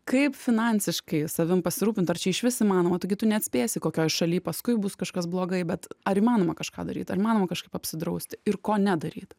kaip finansiškai savim pasirūpint ar čia išvis įmanoma tu neatspėsi kokioj šaly paskui bus kažkas blogai bet ar įmanoma kažką daryt ar įmanoma kažkaip apsidrausti ir ko nedaryt